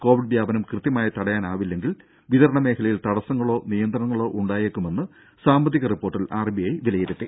Covid വ്യാപനം കൃത്യമായി തടയാനായില്ലെങ്കിൽ വിതരണ മേഖലയിൽ തടസ്സങ്ങളോ നിയന്ത്രണങ്ങളോ ഉണ്ടായേക്കുമെന്ന് സാമ്പത്തിക റിപ്പോർട്ടിൽ ആർ ബി ഐ വിലയിരുത്തി